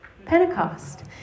Pentecost